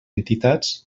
entitats